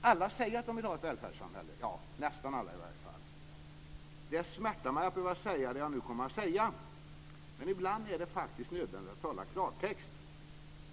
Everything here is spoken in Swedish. Alla säger att de vill ha ett välfärdssamhälle - ja, nästan alla i alla fall. Det smärtar mig att behöva säga det jag nu kommer att säga, men ibland är det faktiskt nödvändigt att tala klartext.